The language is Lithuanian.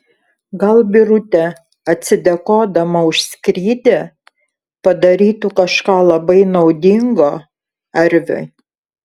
gal birutė atsidėkodama už skrydį padarytų kažką labai naudingo arviui